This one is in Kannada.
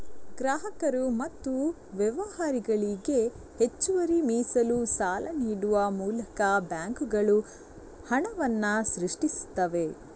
ಗ್ರಾಹಕರು ಮತ್ತು ವ್ಯವಹಾರಗಳಿಗೆ ಹೆಚ್ಚುವರಿ ಮೀಸಲು ಸಾಲ ನೀಡುವ ಮೂಲಕ ಬ್ಯಾಂಕುಗಳು ಹಣವನ್ನ ಸೃಷ್ಟಿಸ್ತವೆ